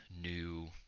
new